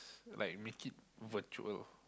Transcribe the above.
like make it virtual